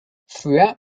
throughout